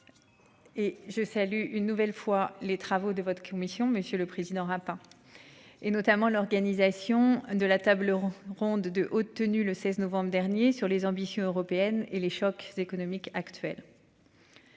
je salue une nouvelle fois les travaux de votre commission. Monsieur le Président rap. Et notamment l'organisation de la table ronde de haute tenue le 16 novembre dernier sur les ambitions européennes et les chocs économiques actuelles.--